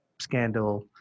scandal